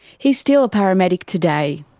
he's still a paramedic today.